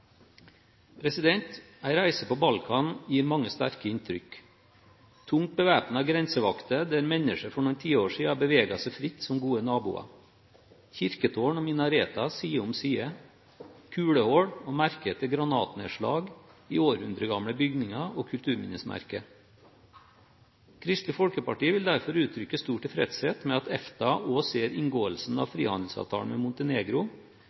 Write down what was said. reise på Balkan gir mange sterke inntrykk – tungt bevæpnede grensevakter der mennesker for noen tiår siden beveget seg fritt som gode naboer, kirketårn og minareter side om side, kulehull og merker etter granatnedslag i århundregamle bygninger og kulturminnesmerker. Kristelig Folkeparti vil derfor uttrykke stor tilfredshet med at EFTA også ser inngåelsen av frihandelsavtalen med Montenegro